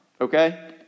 Okay